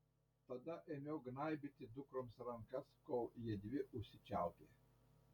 tada ėmiau gnaibyti dukroms rankas kol jiedvi užsičiaupė